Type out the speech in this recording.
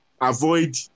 avoid